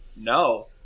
no